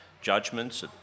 judgments